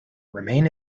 remain